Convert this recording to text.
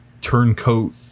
turncoat